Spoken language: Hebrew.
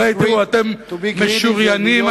אתם משוריינים,